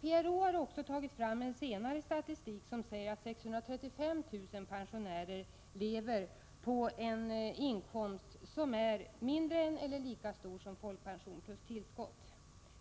PRO har tagit fram en senare statistik, som säger att 635 000 pensionärer lever på en inkomst som är mindre än eller lika stor som folkpension plus tillskott.